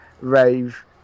rave